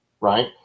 right